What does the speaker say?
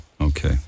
okay